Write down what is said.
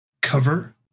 cover